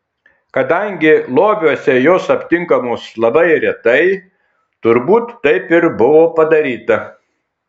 kadangi lobiuose jos aptinkamos labai retai turbūt taip ir buvo padaryta